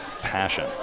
passion